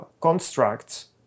constructs